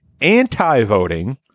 anti-voting